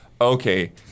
okay